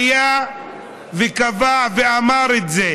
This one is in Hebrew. היה וקבע ואמר את זה: